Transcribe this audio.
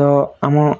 ତ ଆମ